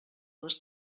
les